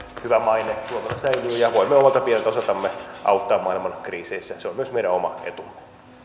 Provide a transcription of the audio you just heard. hyvä maine säilyy ja voimme omalta pieneltä osaltamme auttaa maailman kriiseissä se on myös meidän oma etumme